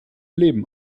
leben